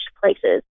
places